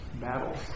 battles